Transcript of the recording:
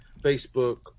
Facebook